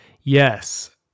Yes